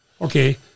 Okay